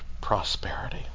prosperity